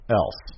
else